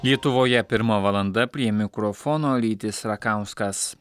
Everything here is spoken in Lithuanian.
lietuvoje pirma valanda prie mikrofono rytis rakauskas